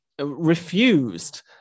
refused